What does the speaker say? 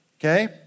okay